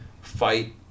fight